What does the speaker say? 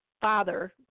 father